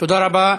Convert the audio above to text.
תודה רבה.